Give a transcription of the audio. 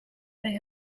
they